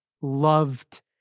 loved